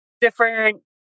different